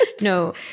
No